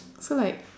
so like